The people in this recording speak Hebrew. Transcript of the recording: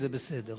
זה בסדר.